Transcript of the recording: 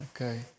Okay